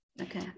okay